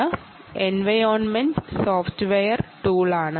ഇത് environment software ടൂളാണ്